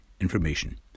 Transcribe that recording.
information